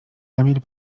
emil